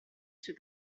sui